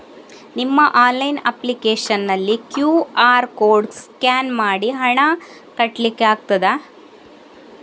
ನಿಮ್ಮ online application ನಲ್ಲಿ QR code scan ಮಾಡಿ ಹಣ ಕಟ್ಲಿಕೆ ಆಗ್ತದ?